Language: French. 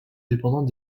dépendant